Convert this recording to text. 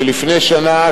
שלפני שנה,